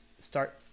start